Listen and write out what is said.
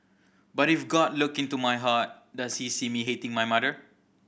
but if God look into my heart does he see me hating my mother